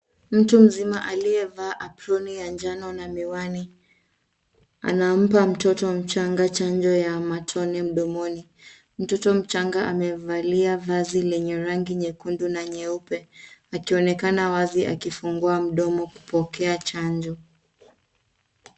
Mtu mzima aliyevaa aproni ya njano na miwani anampa mtoto mchanga chanjo ya matone mdomoni. Mtoto mchanga amevalia vazi lenye rangi nyekundu na nyeupe, akionekana wazi akifungua mdomo kupokea chanjo.